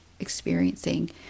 experiencing